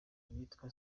ryitwa